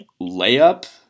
layup